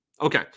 Okay